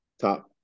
top